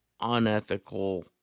unethical